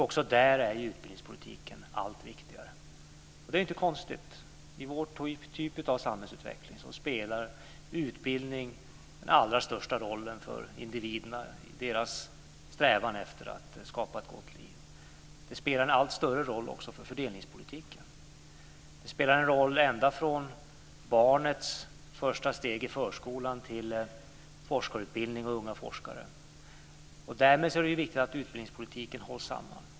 Också där är utbildningspolitiken allt viktigare. Det är inte konstigt. I vår typ av samhällsutveckling spelar utbildning den allra största rollen för individerna och deras strävan efter att skapa ett gott liv. Den spelar en allt större roll också för fördelningspolitiken. Den spelar en roll ända från barnets första steg i förskolan till forskarutbildning och unga forskare. Därmed är det viktigt att utbildningspolitiken hålls samman.